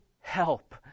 help